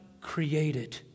created